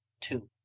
two